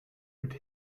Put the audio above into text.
mit